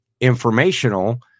informational